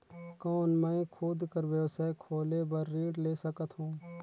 कौन मैं खुद कर व्यवसाय खोले बर ऋण ले सकत हो?